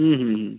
হুম হুম হুম